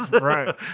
Right